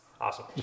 Awesome